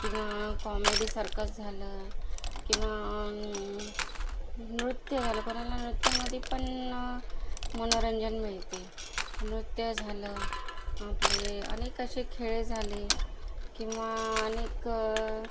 किंवा comedy circus झालं किंवा नृत्य झालं कोणाला नृत्यामधे पण मनोरंजन मिळते नृत्य झालं आपले अनेक असे खेळ झाले किंवा अनेक